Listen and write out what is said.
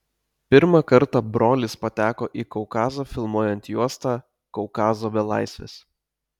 pirmą kartą brolis pateko į kaukazą filmuojant juostą kaukazo belaisvis